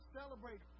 celebrate